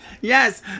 Yes